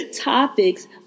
topics